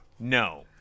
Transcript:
No